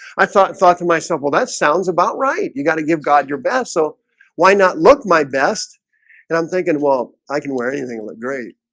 i thought thought to myself well, that sounds about right you got to give god your best so why not look my best and i'm thinking well i can wear anything. i look great